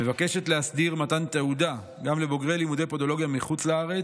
מבקשת להסדיר מתן תעודה גם לבוגרי לימודי פודולוגיה מחוץ לארץ,